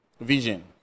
vision